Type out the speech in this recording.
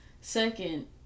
Second